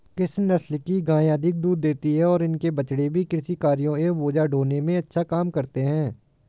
किस नस्ल की गायें अधिक दूध देती हैं और इनके बछड़े भी कृषि कार्यों एवं बोझा ढोने में अच्छा काम करते हैं?